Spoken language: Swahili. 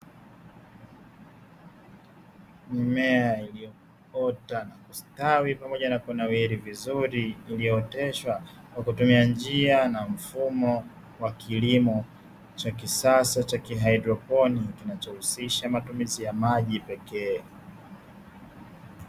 Mimea iliyoota na kustawi pamoja na kunawiri vizuri iliyooteshwa kwa kutumia njia na mfumo wa kilimo cha kisasa cha kihaidroponi kinachohusisha matumizi ya maji pekee.